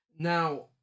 Now